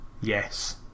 Yes